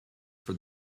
for